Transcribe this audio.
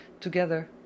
together